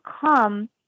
come